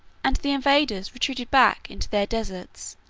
and the invaders retreated back into their deserts,